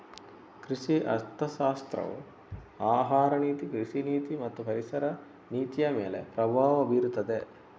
ಕೃಷಿ ಅರ್ಥಶಾಸ್ತ್ರವು ಆಹಾರ ನೀತಿ, ಕೃಷಿ ನೀತಿ ಮತ್ತು ಪರಿಸರ ನೀತಿಯಮೇಲೆ ಪ್ರಭಾವ ಬೀರುತ್ತದೆ